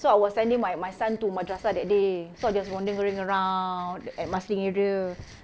so I was sending my my son to madrasah that day so I was just wandering around at marsiling area